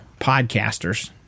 Podcasters